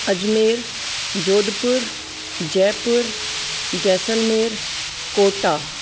Ajmer Jodhpur Jaipur Jaisalmer Kota